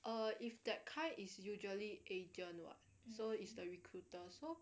err if that kind is usually agent [what] so is the recruiter so